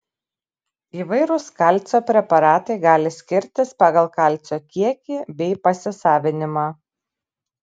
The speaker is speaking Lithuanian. įvairūs kalcio preparatai gali skirtis pagal kalcio kiekį bei pasisavinimą